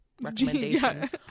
recommendations